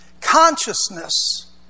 consciousness